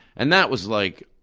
and that was like,